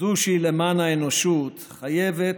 זו שהיא למען האנושות, חייבת,